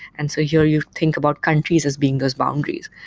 and so here you think about countries as being those boundaries.